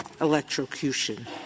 electrocution